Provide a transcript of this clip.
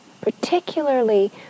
particularly